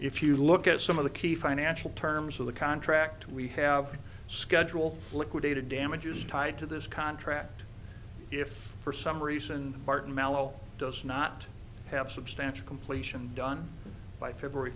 if you look at some of the key financial terms of the contract we have a schedule liquidated damages tied to this contract if for some reason martin melo does not have substantial completion done by february